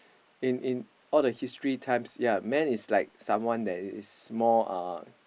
in in all the history times ya man is like someone that is more uh